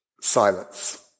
silence